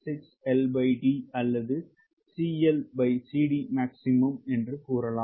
866 LD அல்லது CLCDmax என்று கூறலாம்